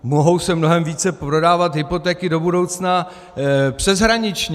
Mohou se mnohem více prodávat hypotéky do budoucna přeshraničně.